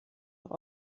doch